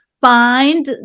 find